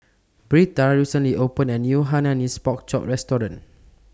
Britta recently opened A New Hainanese Pork Chop Restaurant